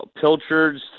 pilchards